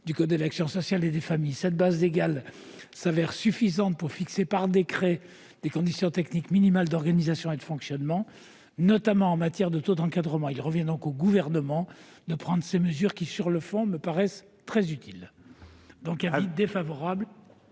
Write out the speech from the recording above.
du code de l'action sociale et des familles. Cette base légale s'avère suffisante pour fixer par décret des conditions techniques minimales d'organisation et de fonctionnement, notamment en matière de taux d'encadrement. Il revient donc au Gouvernement de prendre ces mesures qui, sur le fond, me paraissent très utiles. L'avis est défavorable.